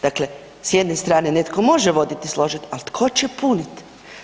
Dakle, s jedne strane netko može voditi i složiti, ali tko će punit?